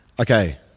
Okay